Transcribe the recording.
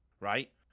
right